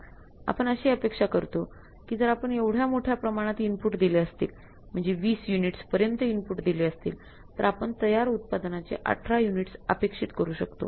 आपण अशी अपेक्षा करतो कि जर आपण एवढ्या मोठ्या प्रमाणात इनपुट दिले असतील म्हणजे २० युनिट्स पर्यंत इनपुट दिले असतील तर आपण तयार उत्पादनाचे १८ युनिट्स अपेक्षित करू शकतो